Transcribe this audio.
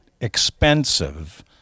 expensive